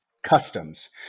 customs